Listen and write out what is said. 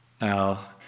Now